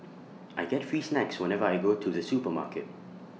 I get free snacks whenever I go to the supermarket